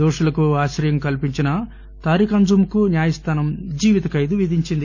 దోషులకు ఆశ్రయం కల్పించిన తారిక్ అంజుమ్ కు న్యాయ స్థానం జీవిత ఖైదు విధించింది